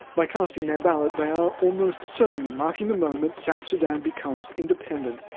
by casting their ballot now, almost certain marking the moment south sudan becomes independent,